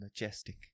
majestic